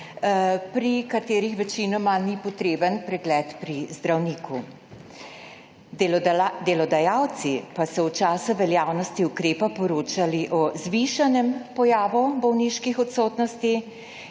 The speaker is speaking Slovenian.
pri katerih večinoma ni potreben pregled pri zdravniku. Delodajalci pa so v času veljavnosti ukrepa poročali o zvišanem pojavu bolniških odsotnosti